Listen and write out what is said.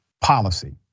policy